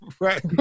right